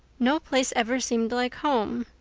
no place ever seemed like home.